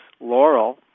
Laurel